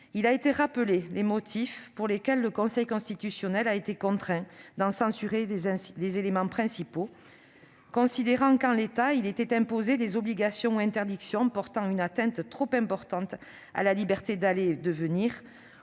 Il a été rappelé les motifs pour lesquels le Conseil constitutionnel a été contraint d'en censurer des éléments principaux, considérant qu'en l'état étaient imposées des obligations et interdictions portant une atteinte trop importante à la liberté d'aller et de venir,